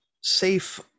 safe